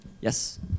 Yes